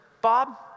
Bob